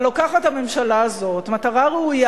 אבל לוקחת הממשלה הזאת מטרה ראויה,